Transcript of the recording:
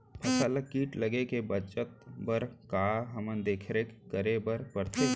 फसल ला किट लगे से बचाए बर, का का देखरेख करे बर परथे?